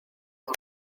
mal